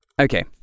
Okay